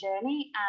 journey